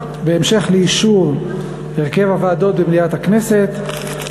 בהמשך לאישור הרכב הוועדות במליאת הכנסת,